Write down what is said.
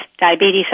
diabetes